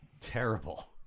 Terrible